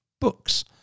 books